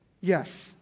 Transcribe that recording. yes